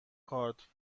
کارت